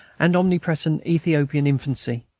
and omnipresent ethiopian infancy.